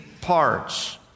parts